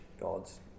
God's